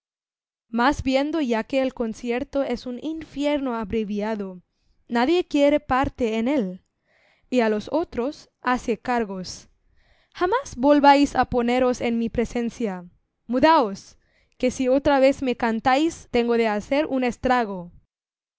mas viendo ya que el concierto es un infierno abreviado nadie quiere parte en él y a los otros hace cargos jamás volváis a poneros en mi presencia mudaos que si otra vez me cantáis tengo de hacer un estrago